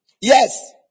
yes